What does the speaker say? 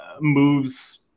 moves